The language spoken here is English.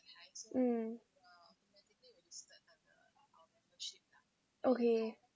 mm okay